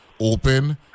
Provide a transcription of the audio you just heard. open